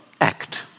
act